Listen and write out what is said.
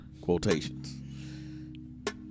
quotations